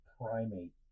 primate